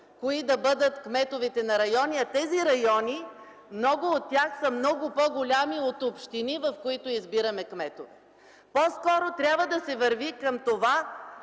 кои да бъдат кметовете на райони, а много от тези райони са много по-големи от общини, в които избираме кметове. По-скоро трябва да се върви към това